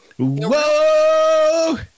Whoa